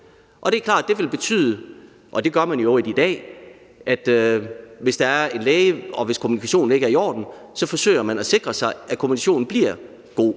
i dag – at hvis kommunikationen med en læge ikke er i orden, så forsøger man at sikre sig, at kommunikationen bliver god.